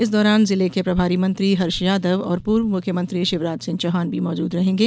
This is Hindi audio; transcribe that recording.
इस दौरान जिले के प्रभारी मंत्री हर्ष यादव और पूर्व मुख्यमंत्री शिवराज सिंह चौहान भी मौजूद रहेंगे